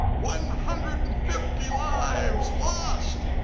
one hundred and fifty lives lost!